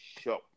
show